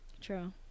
True